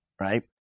right